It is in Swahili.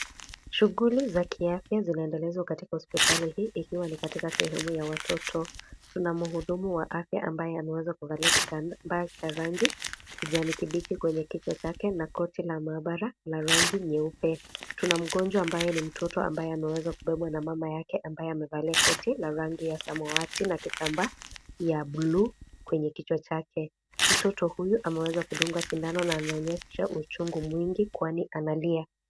Shuguli za kiafya zinaendelezwa katika hospitali hii, ikiwa ni katika sehemu ya watoto, tuna mhudumu wa afya ambaye ameweza kuvalia kitambaa chenye rangi, ya kijani kibichi kwenye kichwa chake, na koti la maabara lenye rangi nyeupe, tuna mgonjwa ambaye ni mtoto ambaye ameweza kubebwa na mama yake, ambaye amevalia koti la rangi ya samawati na kitambaa ya (cs)blue(cs), kwenye kichwa chake, mtoto huyu ameweza kudungwa sindano na ameonyesha uchungu mwingi kwani analia.